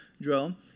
drill